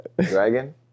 Dragon